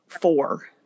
four